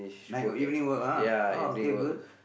night evening work ah orh okay good